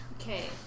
Okay